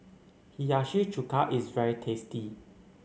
Hiyashi Chuka is very tasty